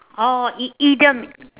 oh i~ idiom